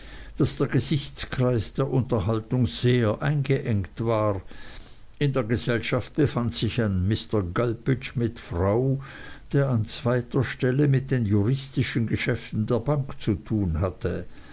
daß der gesichtskreis in der unterhaltung sehr eingeengt war in der gesellschaft befand sich ein mr gulpidge mit frau der an zweiter stelle mit den juristischen geschäften der bank zu tun hatte